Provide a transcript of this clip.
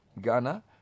Ghana